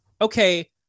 okay